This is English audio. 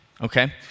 okay